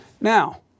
Now